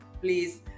please